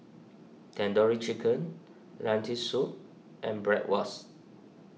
Tandoori Chicken Lentil Soup and Bratwurst